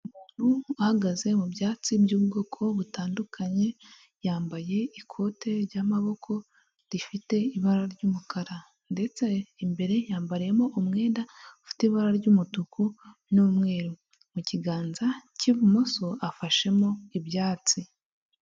Umuntu uhagaze mu byatsi by'ubwoko butandukanye, yambaye ikote ry'amaboko rifite ibara ry'umukara, ndetse imbere yambariyemo umwenda ufite ibara ry'umutuku n'umweru, mu kiganza k'ibumoso afashemo ibyatsi.